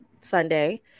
Sunday